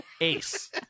Ace